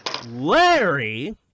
Larry